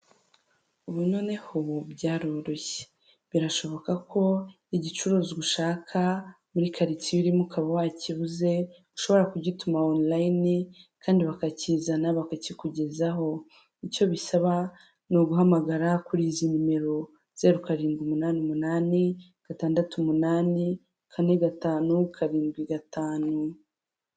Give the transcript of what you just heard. Ubu noneho ubu byaroroshye birashoboka ko igicuruzwa ushaka muri karitsiye urimo ukaba wakibuze ushobora kugituma onoliyine kandi bakakizana bakakikugezaho, icyo bisaba ni uguhamagara kuri izi nimero; zeruu karindwi umunani umunani gatandatu umunani kane gatanu karindwi gatanu.